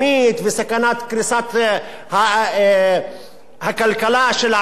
וסכנת קריסת הכלכלה של העולם,